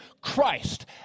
Christ